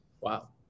Wow